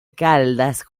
caldas